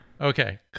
Okay